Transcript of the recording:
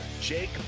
Jake